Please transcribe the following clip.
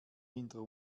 hinter